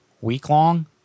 week-long